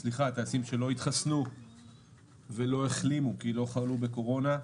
טייסים שלא התחסנו ולא החלימו כי לא חלו בקורונה,